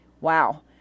wow